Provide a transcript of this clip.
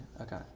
Okay